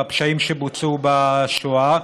בפשעים שבוצעו בשואה.